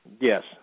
Yes